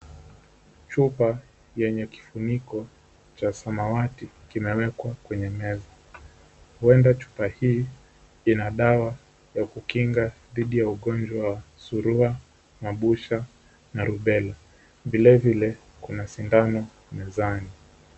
Chupa yenye kifuniko cha samawati kinawekwa kwenye meza. Huenda chupa hii ina dawa ya kukinga dhidi ya ugonjwa wa Surua, Mabusha na Rubella. Vilevile kuna sindano mezani.